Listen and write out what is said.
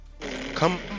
come